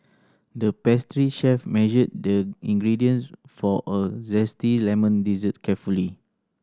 the pastry chef measured the ingredients for a zesty lemon dessert carefully